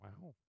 Wow